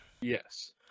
Yes